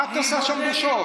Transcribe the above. מה את עושה שם בושות?